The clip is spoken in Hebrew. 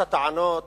אחת הטענות